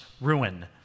ruin